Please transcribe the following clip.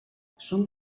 són